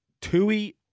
Tui